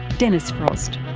dennis frost.